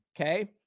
okay